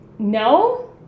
No